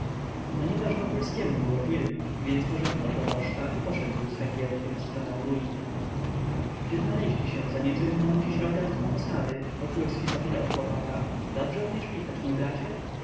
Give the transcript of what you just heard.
ponieważ wokulskiemu było pilno więc pożegnał proboszcza i poszedł z węgiełkiem w stronę ruin gdy znaleźli się za nieczynną dziś rogatką osady wokulski zapytał chłopaka dobrze umiesz pisać mój bracie